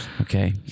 Okay